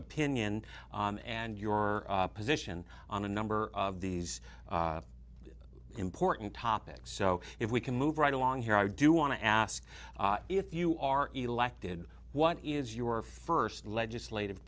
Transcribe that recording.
opinion and your position on a number of these important topics so if we can move right along here i do want to ask if you are elected what is your first legislative